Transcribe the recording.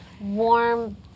warm